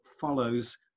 follows